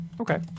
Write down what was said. Okay